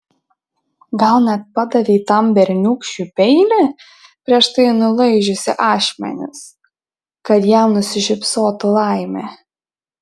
gal net padavei tam berniūkščiui peilį prieš tai nulaižiusi ašmenis kad jam nusišypsotų laimė